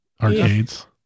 Arcades